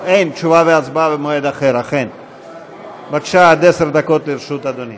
אני קובע כי הנושא אושר כהצעה לסדר-היום,